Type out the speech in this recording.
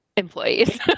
employees